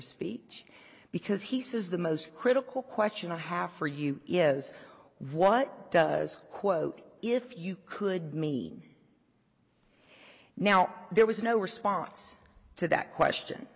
of speech because he says the most critical question i have for you is what does quote if you could mean now there was no response to that question